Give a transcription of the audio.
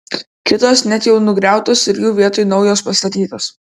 kitos net jau nugriautos ir jų vietoj naujos pastatytos